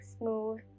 smooth